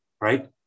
Right